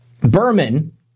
Berman